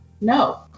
no